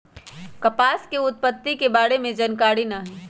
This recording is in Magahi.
कपास के उत्पत्ति के बारे में जानकारी न हइ